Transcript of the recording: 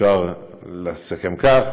אפשר לסכם כך,